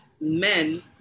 men